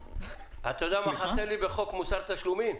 אתה יודע מה חסר לי בחוק מוסר תשלומים?